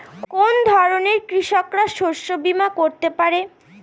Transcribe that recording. কোন ধরনের কৃষকরা শস্য বীমা করতে পারে?